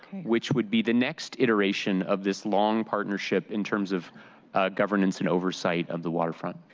which would be the next iteration of this long partnership in terms of governance and oversight of the waterfront.